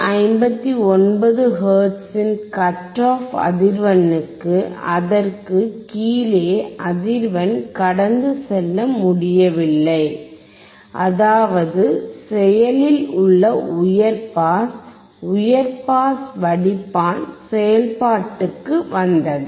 159 ஹெர்ட்ஸின் cut off அதிர்வெண்ணுக்கு அதற்குக் கீழே அதிர்வெண் கடந்து செல்ல முடியவில்லை அதாவது செயலில் உள்ள உயர் பாஸ் உயர் பாஸ் வடிப்பான் செயல்பாட்டுக்கு வந்தது